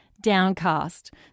downcast